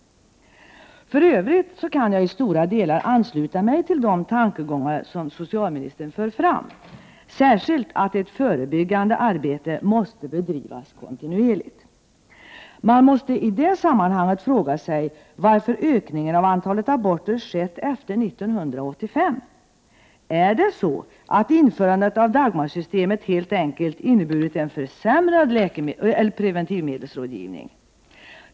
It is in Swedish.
1988/89:18 För övrigt kan jag i stora delar ansluta mig till de tankegångar som 7november 1988 socialministern för fram, särskilt att ett förebyggande arbete måste bedrivas kontinuerligt. Man måste i det sammanhanget fråga sig, varför ökningen av antalet aborter skett efter 1985. Är det så att införandet av Dagmarsystemet helt enkelt inneburit en försämrad preventivmedelsrådgivning?